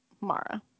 Mara